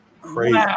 Crazy